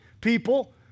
people